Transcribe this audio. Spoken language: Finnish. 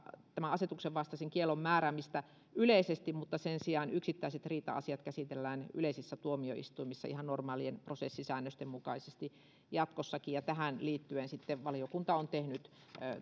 tämän asetuksen vastaisen kiellon määräämistä yleisesti mutta sen sijaan yksittäiset riita asiat käsitellään yleisissä tuomioistuimissa ihan normaalien prosessisäännösten mukaisesti jatkossakin ja tähän liittyen valiokunta on sitten tehnyt